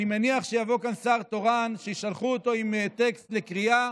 אני מניח שיבוא כאן שר תורן ששלחו אותו עם טקסט לקריאה